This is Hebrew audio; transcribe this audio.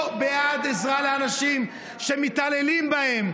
או בעד עזרה לאנשים שמתעללים בהם,